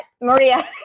Maria